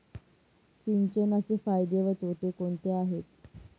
सिंचनाचे फायदे व तोटे कोणते आहेत?